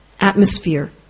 atmosphere